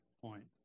point